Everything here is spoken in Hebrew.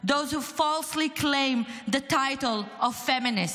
those who falsely claim the title of "feminists".